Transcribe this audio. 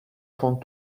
font